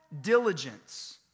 diligence